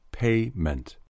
Payment